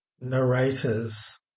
narrators